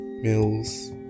Mills